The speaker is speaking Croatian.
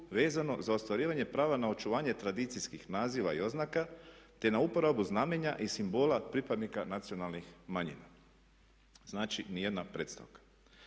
vezano za ostvarivanje prava na očuvanje tradicijskih naziva i oznaka te na uporabu znamenja i simbola pripadnika nacionalnih manjina. Znači, nijedna predstavka.